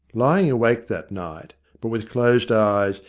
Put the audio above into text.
lying awake that night, but with closed eyes,